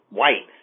white